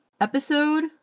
episode